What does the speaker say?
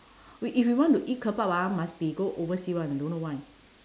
we if we want to eat kebab ah must be go oversea [one] don't know why